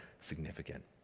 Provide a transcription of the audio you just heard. significant